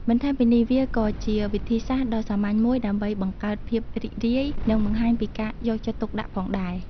បន្ថែមពីនេះ វាក៏ជាវិធីសាស្ត្រដ៏សាមញ្ញមួយដើម្បីបង្កើតភាពរីករាយ និងបង្ហាញពីការយកចិត្តទុកដាក់ផងដែរ។